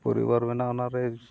ᱯᱚᱨᱤᱵᱟᱨ ᱢᱮᱱᱟᱜᱼᱟ ᱚᱱᱟᱨᱮ